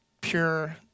pure